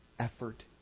effort